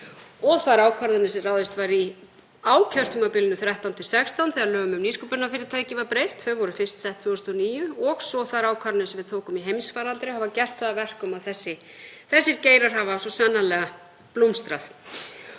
og þær ákvarðanir sem ráðist var í á kjörtímabilinu 2013–2016 þegar lögum um nýsköpunarfyrirtæki var breytt, þau voru fyrst sett 2009, og svo þær ákvarðanir sem við tókum í heimsfaraldri hafa gert það að verkum að þessir geirar hafa svo sannarlega blómstrað.